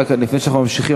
רק לפני שאנחנו ממשיכים,